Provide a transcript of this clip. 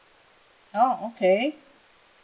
oh okay